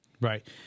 Right